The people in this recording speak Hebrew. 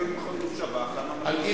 אם הם החליטו שב"ח, למה נתנו לו להיכנס?